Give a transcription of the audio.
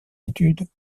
études